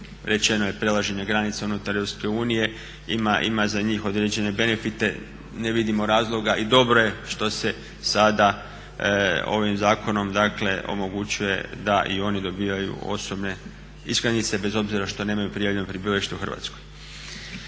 rečeno je prelaženje granica unutar EU ima za njih određene benefite. Ne vidimo razloga i dobro je što se sada ovim zakonom omogućuje da i oni dobivaju osobne iskaznice bez obzira što nemaju prijavljeno prebivalište u Hrvatskoj.